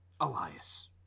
Elias